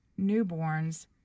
newborns